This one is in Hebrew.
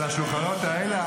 על השולחנות האלה,